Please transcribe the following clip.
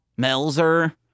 Melzer